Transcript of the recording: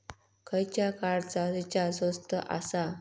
खयच्या कार्डचा रिचार्ज स्वस्त आसा?